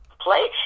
play